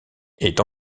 est